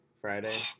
Friday